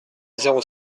zéro